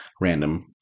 random